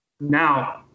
Now